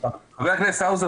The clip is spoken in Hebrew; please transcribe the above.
חבר הכנסת האוזר,